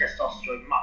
testosterone